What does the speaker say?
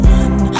one